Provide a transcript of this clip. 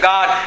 God